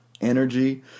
energy